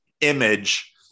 image